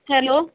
hello